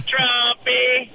Trumpy